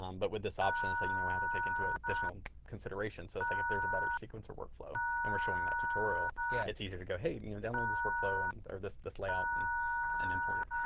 um but with this option it's like you know we have to take into ah additional consideration. so, it's like if there's a better sequencer workflow and we're showing that tutorial, yeah it's easier to go, hey, and you know download this workflow and or this this layout and and import it.